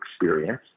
experience